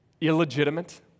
illegitimate